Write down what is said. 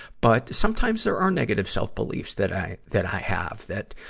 but sometimes there are negative self-beliefs that i, that i have that